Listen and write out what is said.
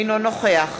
אינו נוכח